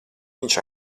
viņš